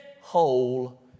whole